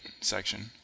section